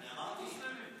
אני אמרתי את זה.